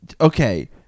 Okay